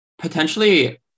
potentially